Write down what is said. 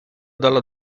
dalla